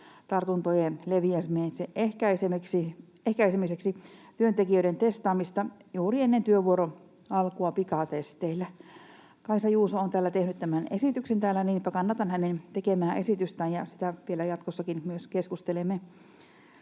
tartuntojen leviämisen ehkäisemiseksi: työntekijöiden testaamista juuri ennen työvuoron alkua pikatesteillä. Kaisa Juuso on tehnyt tämän esityksen täällä. Kannatan hänen tekemäänsä esitystä. Siitä myös vielä jatkossakin keskustelemme.